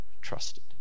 trusted